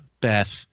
Beth